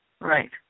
Right